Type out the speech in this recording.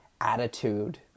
attitude